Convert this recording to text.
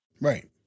right